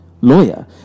Lawyer